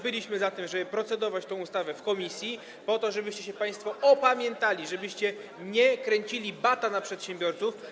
Byliśmy za tym, żeby procedować nad tą ustawą w komisji, żebyście się państwo opamiętali, żebyście nie kręcili bata na przedsiębiorców.